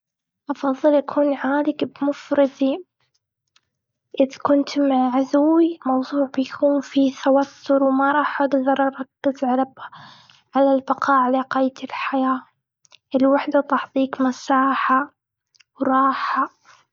أفضل أكون عالق بمفردي. إذ كنت مع عدوي، الموضوع بيكون فيه توتر، وما راح أقدر أركز على على البقاء على قيد الحياة. الوحدة تعطيك مساحه وراحه.